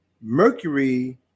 Mercury